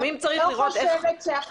אני לא חושבת.